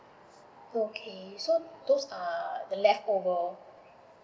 okay so those are the leftover